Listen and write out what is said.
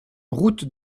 route